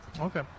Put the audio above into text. okay